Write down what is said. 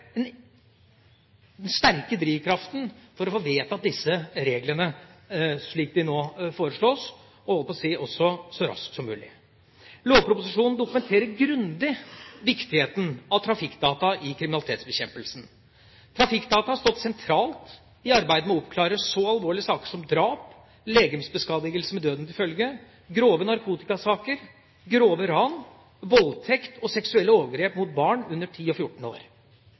den sterke drivkraften for å få vedtatt disse reglene slik de nå foreslås, og – jeg holdt på å si – også så raskt som mulig. Lovproposisjonen dokumenterer grundig viktigheten av trafikkdata i kriminalitetsbekjempelsen. Trafikkdata har stått sentralt i arbeidet med å oppklare så alvorlige saker som drap, legemsbeskadigelse med døden til følge, grove narkotikasaker, grove ran, voldtekt og seksuelle overgrep mot barn under 10 og 14 år.